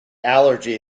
allergy